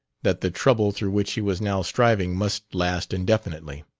that the trouble through which he was now striving must last indefinitely.